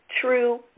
True